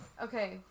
Okay